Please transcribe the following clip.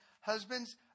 husbands